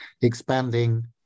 expanding